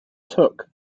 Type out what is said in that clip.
took